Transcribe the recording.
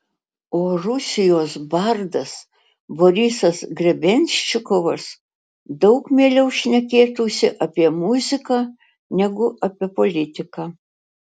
o rusijos bardas borisas grebenščikovas daug mieliau šnekėtųsi apie muziką negu apie politiką